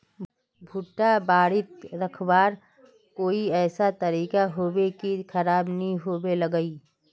भुट्टा बारित रखवार कोई ऐसा तरीका होबे की खराब नि होबे लगाई?